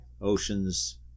oceans